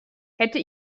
hätte